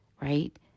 right